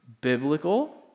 biblical